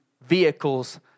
vehicles